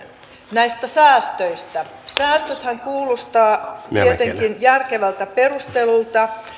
näistä säästöistä säästöthän kuulostaa tietenkin järkevältä perustelulta